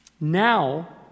Now